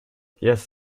yes